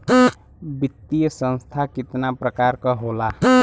वित्तीय संस्था कितना प्रकार क होला?